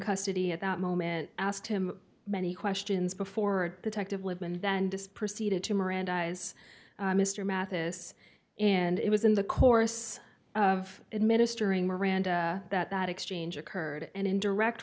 custody at that moment asked him many questions before detective live and then just proceeded to mirandize mr mathis and it was in the course of administering miranda that that exchange occurred and in direct